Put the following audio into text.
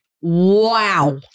Wow